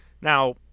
Now